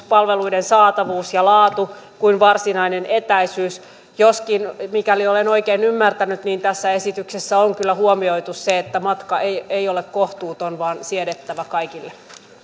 palveluiden saatavuus ja laatu kuin varsinainen etäisyys joskin mikäli olen oikein ymmärtänyt tässä esityksessä on kyllä huomioitu se että matka ei ei ole kohtuuton vaan siedettävä kaikille arvoisa